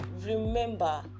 remember